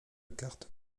carte